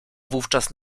wówczas